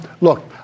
look